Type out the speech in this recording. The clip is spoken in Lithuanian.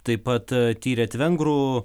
taip pat tyrėt vengrų